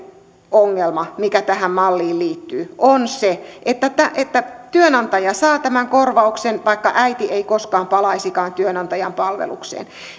ongelma mikä tähän malliin liittyy on se että työnantaja saa tämän korvauksen vaikka äiti ei koskaan palaisikaan työnantajan palvelukseen